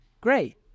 great